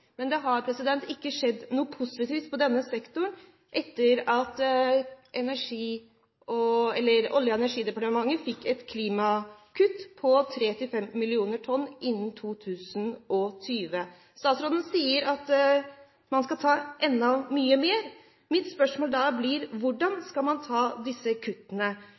Men det har ikke skjedd noe positivt på denne sektoren etter at Olje- og energidepartementet fikk pålegg om et klimakutt på 3–5 millioner tonn innen 2020. Statsråden sier at man skal ta enda mer. Mitt spørsmål da blir: Hvordan skal man ta disse kuttene?